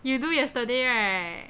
you do yesterday right